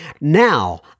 Now